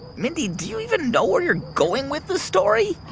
mindy, do you even know where you're going with the story? ah,